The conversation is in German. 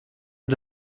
mit